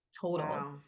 total